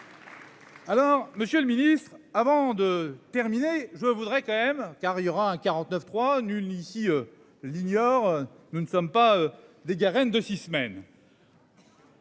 Alors Monsieur le Ministre, avant de terminer, je voudrais quand même car il y aura un 49.3 n'ici eux l'ignorent. Nous ne sommes pas des Garennes de 6 semaines.